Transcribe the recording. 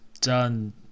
done